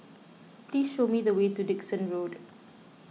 please show me the way to Dickson Road